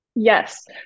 Yes